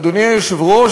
אדוני היושב-ראש,